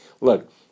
look